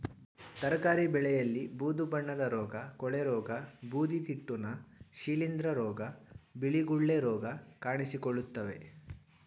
ತರಕಾರಿ ಬೆಳೆಯಲ್ಲಿ ಬೂದು ಬಣ್ಣದ ರೋಗ, ಕೊಳೆರೋಗ, ಬೂದಿತಿಟ್ಟುನ, ಶಿಲಿಂದ್ರ ರೋಗ, ಬಿಳಿ ಗುಳ್ಳೆ ರೋಗ ಕಾಣಿಸಿಕೊಳ್ಳುತ್ತವೆ